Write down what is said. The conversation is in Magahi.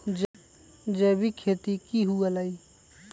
जैविक खेती की हुआ लाई?